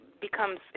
becomes